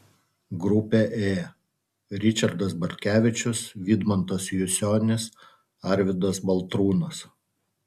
grupė ė ričardas bartkevičius vidmantas jusionis arvydas baltrūnas